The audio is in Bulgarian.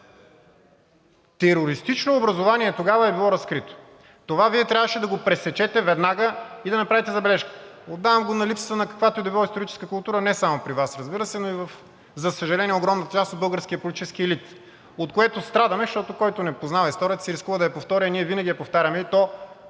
терористично образувание е било разкрито. Това Вие трябваше да го пресечете веднага и да направите забележка. Отдавам го на липсата на каквато и да било историческа култура – не само при Вас, разбира се, но и, за съжаление, и в огромна част от българския политически елит, от което страдаме, защото който не познава историята си, рискува да я повтори, а ние винаги я повтаряме, и то